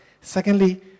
Secondly